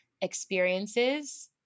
experiences